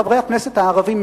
חברי הכנסת הערבים,